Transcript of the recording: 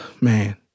Man